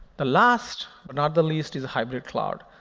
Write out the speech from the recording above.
the last, but not the least is a hybrid cloud.